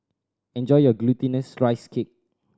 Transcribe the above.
enjoy your Glutinous Rice Cake